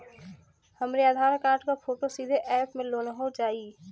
हमरे आधार कार्ड क फोटो सीधे यैप में लोनहो जाई?